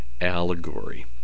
allegory